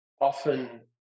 often